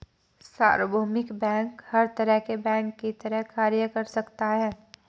सार्वभौमिक बैंक हर तरह के बैंक की तरह कार्य कर सकता है